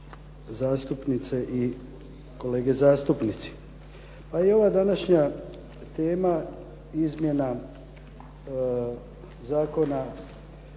zastupnice i kolege zastupnici. Pa i ova današnja tema izmjena i dopuna